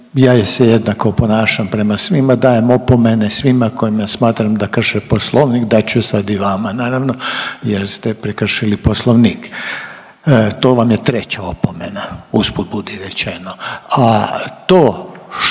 ja se jednako ponašam prema svima, dajem opomene svima kojima smatram da krše Poslovnik dat ću sad i vama naravno, jer ste prekršili Poslovnik. To vam je treća opomena usput budi rečeno, a to što